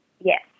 yes